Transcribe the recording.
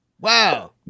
Wow